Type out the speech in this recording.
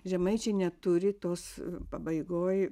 žemaičiai neturi tos pabaigoj